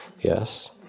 yes